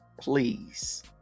please